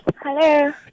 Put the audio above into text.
Hello